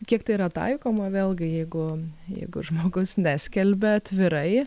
kiek tai yra taikoma vėlgi jeigu jeigu žmogus neskelbia atvirai